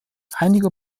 einiger